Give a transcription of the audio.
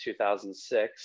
2006